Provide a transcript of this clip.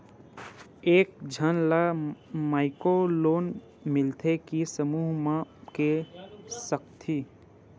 एक झन ला माइक्रो लोन मिलथे कि समूह मा ले सकती?